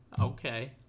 okay